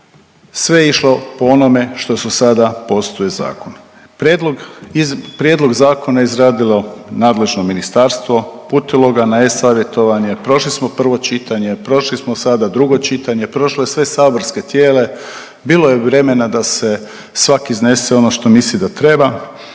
sve je išlo po onome što sada postoji u zakonu. Prijedlog zakona je izradilo nadležno ministarstvo, uputilo ga na e-savjetovanje, prošli smo prvo čitanje, prošli smo sada drugo čitanje, prošlo je sva saborska tijela, bilo je vremena da se svak iznese ono što misli da treba